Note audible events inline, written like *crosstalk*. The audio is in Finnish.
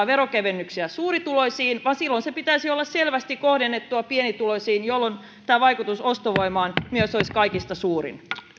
*unintelligible* verokevennyksiä suurituloisiin vaan sen pitäisi olla selvästi kohdennettua pienituloisiin jolloin myös vaikutus ostovoimaan olisi kaikista suurin